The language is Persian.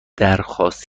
درخواست